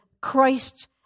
Christ